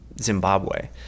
Zimbabwe